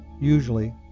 Usually